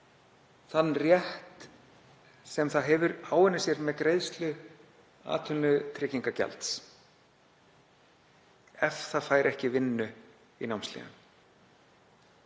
þann rétt sem það hefur áunnið sér með greiðslu atvinnutryggingagjalds ef það fær ekki vinnu í námshléum.